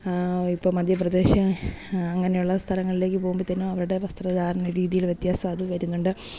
ഇപ്പ മധ്യപ്രദേശ് അങ്ങനെയുള്ള സ്ഥലങ്ങളിലേക്ക് പോകുമ്പോൾ തന്നെ അവരുടെ വസ്ത്രധാരണ രീതിയിൽ വ്യത്യാസം അതു വരുന്നുണ്ട്